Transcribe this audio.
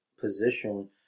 position